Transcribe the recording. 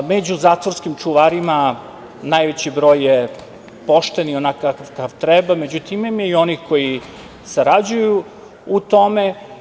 Među zatvorskim čuvarima najveći broj je pošten i onakav kakav treba da bude, međutim, ima i onih koji sarađuju u tome.